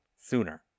sooner